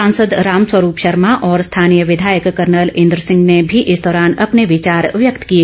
सांसद रामस्वरूप शर्मा और स्थानीय विधायक कर्नल इन्द्र सिंह ने भी इस दौरान अपने विचार व्यक्त किए